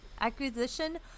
acquisition